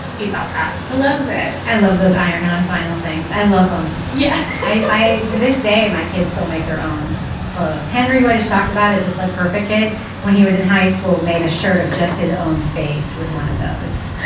about that? i love it i love those iron on vinyl things. i love them. yeah. bye bye. to this day, my kids don't make their own clothes. henry, what is talked about is this, like, perfect kid when he was in high school, made a shirt of just his own face with one of those,